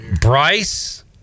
bryce